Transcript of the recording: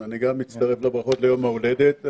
אני גם מצטרף לברכות יום הולדת.